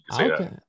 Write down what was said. Okay